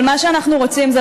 אני שומע אותך, אני